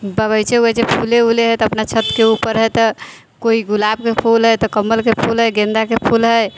ओ होइत छै लगैत छै अपना फूले उले तऽ अपना छतके ऊपर हइ तऽ कोइ गुलाबके फूल हइ तऽ कमलके फूल हइ गेंदाके फूल हइ